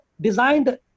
designed